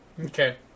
Okay